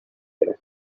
there